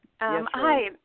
Hi